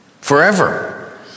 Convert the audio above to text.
forever